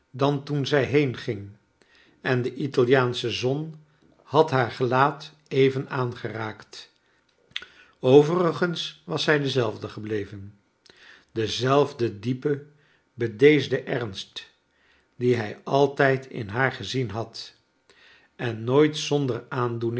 dan toen zij heenging en de italiaansche zon had haar gelaat even aangeraakt overigens was zij dezelfde gebleven denzelfden diepen bedeesden ernst dien hij altijd in haar gezien had en nooit zonder aandoening